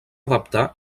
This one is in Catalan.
adaptar